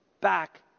back